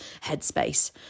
headspace